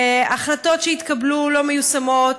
החלטות שהתקבלו לא מיושמות.